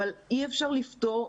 אבל אי אפשר לפטור.